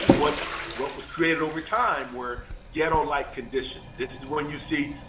and what what was created over time were ghetto-like conditions. this is when you